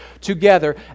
together